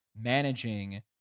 managing